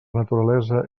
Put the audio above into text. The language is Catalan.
naturalesa